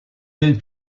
del